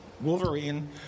Wolverine